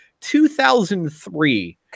2003